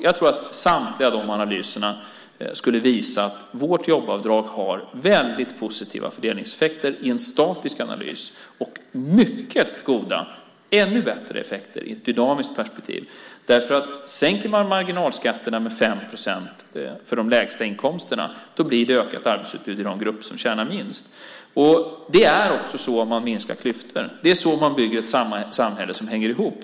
Jag tror att samtliga av de analyserna skulle visa att vårt jobbavdrag har väldigt positiva fördelningseffekter i en statisk analys och mycket goda, ännu bättre, effekter i ett dynamiskt perspektiv. Sänker man marginalskatterna med 5 procent för de lägsta inkomsterna blir det ökat arbetsutbud i de grupper som tjänar minst. Det är också så man minskar klyftorna, och det är så man bygger ett samhälle som hänger ihop.